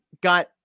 got